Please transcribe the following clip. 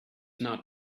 not